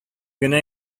генә